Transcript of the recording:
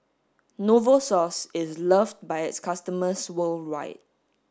Novosource is loved by its customers worldwide